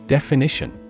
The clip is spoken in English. Definition